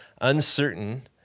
uncertain